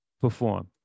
perform